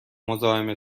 مزاحم